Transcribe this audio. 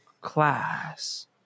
Class